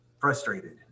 frustrated